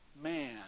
man